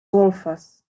golfes